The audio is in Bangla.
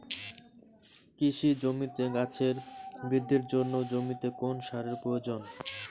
কৃষি জমিতে গাছের বৃদ্ধির জন্য জমিতে কোন সারের প্রয়োজন?